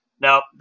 now